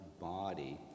body